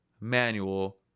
manual